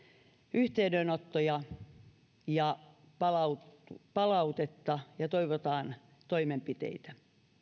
yhteydenottoja ja palautetta palautetta ja toivotaan toimenpiteitä